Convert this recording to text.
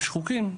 הם שחוקים.